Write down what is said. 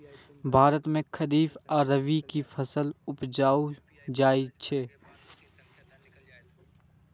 भारत मे खरीफ आ रबी के फसल उपजाएल जाइ छै